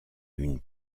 une